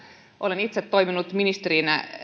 olen itse toiminut ministerinä